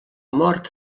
mort